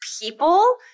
people